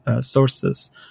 sources